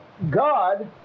God